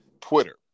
Twitter